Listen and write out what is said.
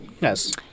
Yes